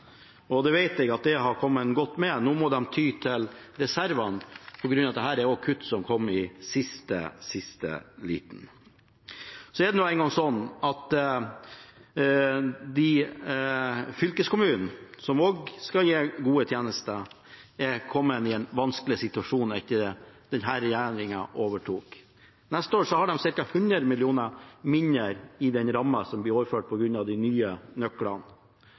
det vet jeg hadde kommet godt med. Nå må de ty til reservene på grunn av at dette også er kutt som kom i siste liten. Det er engang sånn at fylkeskommunene, som også skal gi gode tjenester, er kommet i en vanskelig situasjon etter at denne regjeringen overtok. Neste år har de ca. 100 mill. kr mindre i den rammen som blir overført, på grunn av de nye nøklene,